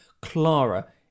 Clara